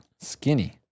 skinny